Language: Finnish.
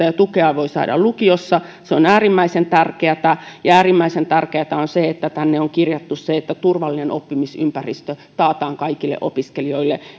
ja tukea voi saada lukiossa on äärimmäisen tärkeätä ja äärimmäisen tärkeätä on se että tänne on kirjattu se että turvallinen oppimisympäristö taataan kaikille opiskelijoille